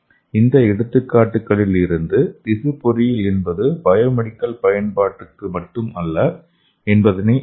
இந்த எடுத்துக்காட்டுகளிலிருந்து திசு பொறியியல் என்பது பயோமெடிக்கல் பயன்பாடுகளுக்கு மட்டுமல்ல என்பதை அறிந்தோம்